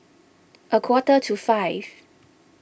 a quarter to five